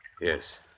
Yes